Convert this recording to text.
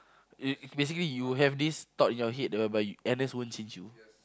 it basically you have this thought in your head that whereby N_S won't change you